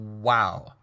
Wow